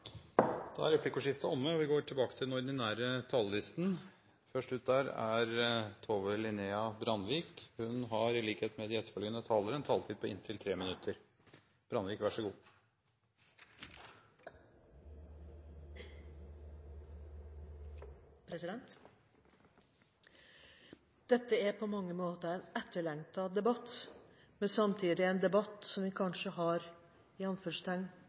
Da handler det bl.a. om hvordan vi anskaffer en del av disse plassene. Da er replikkordskiftet omme. De talere som heretter får ordet, har en taletid på inntil 3 minutter. Dette er på mange måter en etterlengtet debatt. Men samtidig er det en debatt som vi kanskje – i anførselstegn